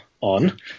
on